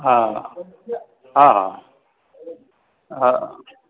हा हा हा हा